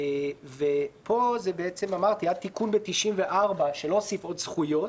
ופה, עד תיקון ב-1994, שלא הוסיף עוד זכויות,